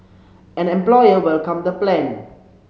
an employer welcomed the plan